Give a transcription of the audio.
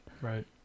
Right